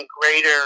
greater